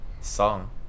song